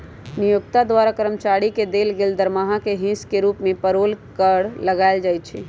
नियोक्ता द्वारा कर्मचारी के देल गेल दरमाहा के हिस के रूप में पेरोल कर लगायल जाइ छइ